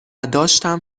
داشتم